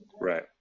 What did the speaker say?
Right